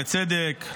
לצדק,